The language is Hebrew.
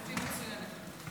תהיי מצוינת.